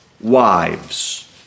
wives